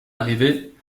arrivés